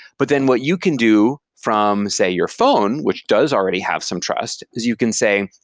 but then what you can do from, say, your phone, which does already have some trust, is you can say,